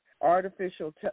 Artificial